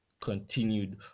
continued